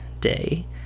day